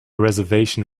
reservation